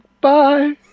bye